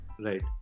Right